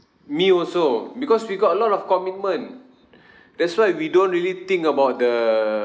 me also because we got a lot of commitment that's why we don't really think about the